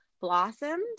blossomed